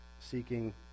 seeking